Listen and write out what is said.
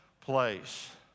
place